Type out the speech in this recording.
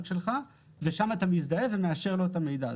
שלך ושם אתה מזדהה ומאשר לו את המידע.